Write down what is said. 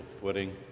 footing